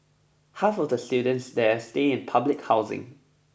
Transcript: half of the students there stay in public housing